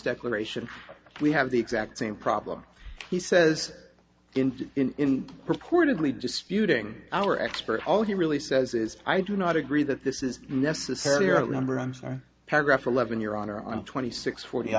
declaration we have the exact same problem he says in purportedly disputing our experts all he really says is i do not agree that this is necessarily number i'm sorry paragraph eleven your honor i'm twenty six forty